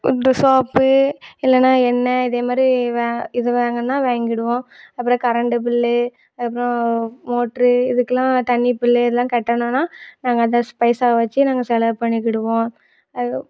இந்த சோப்பு இல்லைன்னா எண்ணெய் இதேமாரி வ இது வாங்கணுன்னால் வாங்கிவிடுவோம் அப்புறம் கரண்டு பில்லு அதுக்கப்புறம் மோட்ரு இதுக்கெல்லாம் தண்ணி பில்லு இதெல்லாம் கட்டணுன்னால் நாங்கள் அந்த பைசாவை வச்சு நாங்கள் செலவு பண்ணிக்கிடுவோம் அதுக்கு